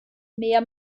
mehr